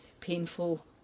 painful